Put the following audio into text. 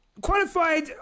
qualified